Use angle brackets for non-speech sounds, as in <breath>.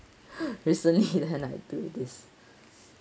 <breath> recently then I do this